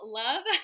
love